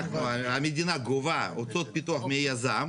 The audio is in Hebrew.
המדינה גובה הוצאות פיתוח מיזם.